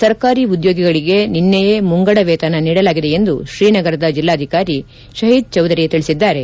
ಸರ್ಕಾರಿ ಉದ್ಯೋಗಿಗಳಿಗೆ ನಿನ್ನೆಯೇ ಮುಂಗಡ ವೇತನ ನೀಡಲಾಗಿದೆ ಎಂದು ಶ್ರೀನಗರದ ಜಿಲ್ಲಾಧಿಕಾರಿ ಷಹಿದ್ ಚೌದರಿ ತಿಳಿಸಿದ್ದಾರೆ